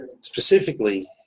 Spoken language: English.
specifically